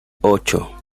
ocho